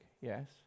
yes